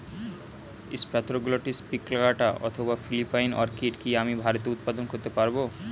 Spathoglottis plicata অথবা Philippine orchid কি আমি ভারতে উৎপাদন করতে পারবো?